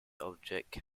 objects